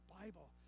Bible